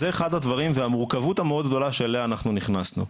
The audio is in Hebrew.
זה אחד הדברים והמורכבות המאוד גדולה שאליה אנחנו נכנסנו.